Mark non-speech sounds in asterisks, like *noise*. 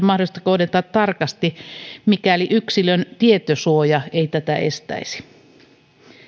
*unintelligible* mahdollista kohdentaa tarkasti mikäli yksilön tietosuoja ei tätä estäisi